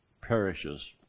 perishes